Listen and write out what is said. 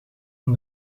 van